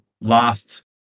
last